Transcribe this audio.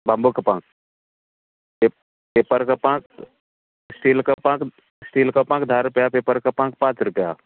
bamboo कपांक पे paper कपांत स्टील कपांत स्टील कपांक धा रुपया पेपर कपांक पांच रुपया